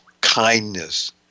kindness